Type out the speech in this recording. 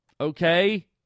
okay